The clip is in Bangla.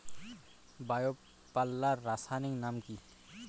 বায়ো পাল্লার রাসায়নিক নাম কি?